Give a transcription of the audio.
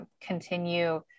continue